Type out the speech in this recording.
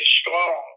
strong